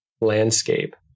landscape